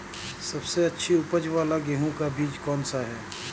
सबसे अच्छी उपज वाला गेहूँ का बीज कौन सा है?